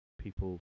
people